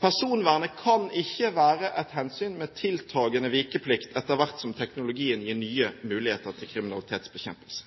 Personvernet kan ikke være et hensyn med tiltagende vikeplikt etter hvert som teknologien gir nye muligheter til kriminalitetsbekjempelse.